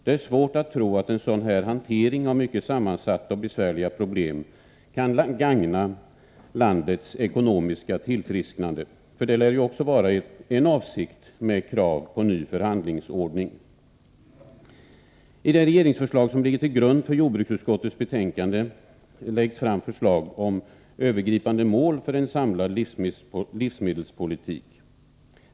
Det är svårt att tro att en sådan här hantering av mycket sammansatta och besvärliga problem kan gagna landets ekonomiska tillfrisknande, vilket lär ligga bakom kravet på en ny förhandlingsordning. I den proposition som ligger till grund för jordbruksutskottets betänkande läggs fram förslag om övergripande mål för en samlad livsmedelspolitik.